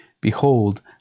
Behold